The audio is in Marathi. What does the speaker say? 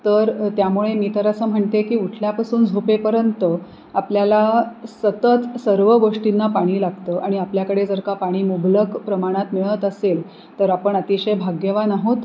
तर त्यामुळे मी तर असं म्हणते की उठल्यापासून झोपेपर्यंत आपल्याला सतत सर्व गोष्टींना पाणी लागतं आणि आपल्याकडे जर का पाणी मुबलक प्रमाणात मिळत असेल तर आपण अतिशय भाग्यवान आहोत